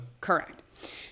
Correct